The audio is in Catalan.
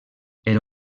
era